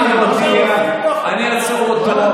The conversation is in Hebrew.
אדוני היושב-ראש,